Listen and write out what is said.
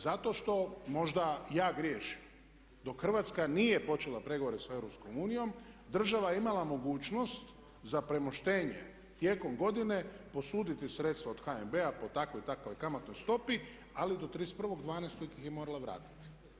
Zato što, možda ja griješim, dok Hrvatska nije počela pregovore s EU država je imala mogućnost za premoštenje tijekom godine posuditi sredstva od HNB-a po takvoj i takvoj kamatnoj stopi ali do 31.12. je morala vratiti.